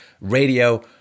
radio